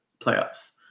playoffs